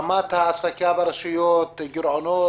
רמת ההעסקה ברשויות, גירעונות.